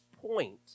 point